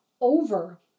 over